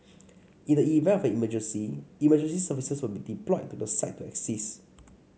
in the event of an emergency emergency services will be deployed to the site to assist